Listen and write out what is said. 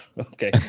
Okay